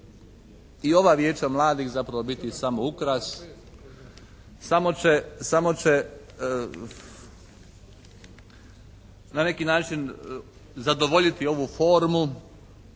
i ova vijeća mladih zapravo biti samo ukras, samo će na neki način zadovoljiti ovu formu,